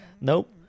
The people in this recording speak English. nope